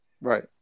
Right